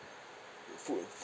full